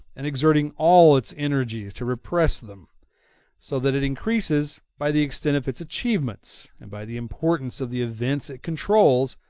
and exerting all its energies to repress them so that it increases by the extent of its achievements, and by the importance of the events it controls,